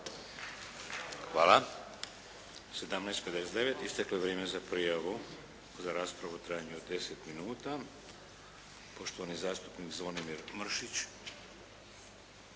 Hvala. U 17,59 isteklo je vrijeme za prijavu za raspravu u trajanju od 10 minuta. Poštovani zastupnik Zvonimir Mršić.